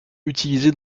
utilisés